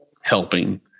helping